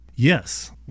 Yes